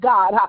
God